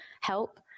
help